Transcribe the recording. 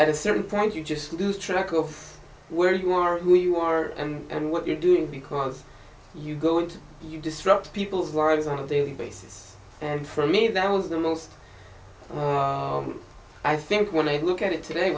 at a certain point you just lose track of where you are who you are and what you're doing because you go and you disrupt people's lives on a daily basis and for me that was the most i think when i look at it today